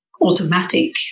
automatic